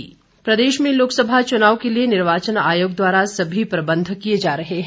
चुनाव सरगर्मियां प्रदेश में लोकसभा चुनाव के लिए निर्वाचन आयोग द्वारा सभी प्रबंध किए जा रहे हैं